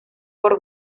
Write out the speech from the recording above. por